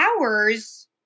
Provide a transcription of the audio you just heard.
hours